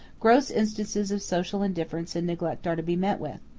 gross instances of social indifference and neglect are to be met with,